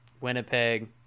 Winnipeg